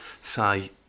say